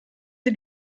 sie